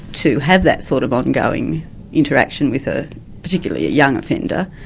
to have that sort of ongoing interaction with ah particularly a young offender,